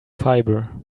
fibre